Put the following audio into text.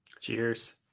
cheers